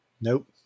Nope